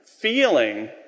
feeling